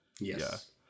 Yes